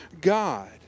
God